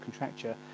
contracture